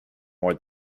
more